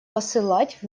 посылать